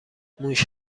موش